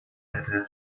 hätte